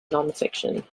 nonfiction